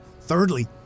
Thirdly